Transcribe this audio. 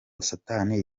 satani